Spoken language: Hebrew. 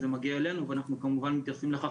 זה מגיע אלינו ואנחנו כמובן מתייחסים לכך